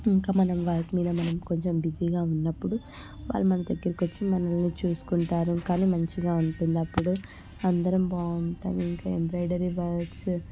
ఇంకా మనం వర్క్ మీద మనం కొంచెం బిజీగా ఉన్నప్పుడు వాళ్ళు మన దగ్గరికొచ్చి మనల్ని చూసుకుంటారు కానీ మంచిగా ఉంటుంది అప్పుడు అందరం బాగుంటుంది ఇంకా ఎంబ్రాయిడరీ వర్క్స్